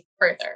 further